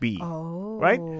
Right